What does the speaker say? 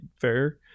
fair